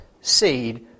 seed